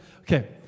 Okay